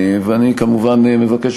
אני, כמובן, מבקש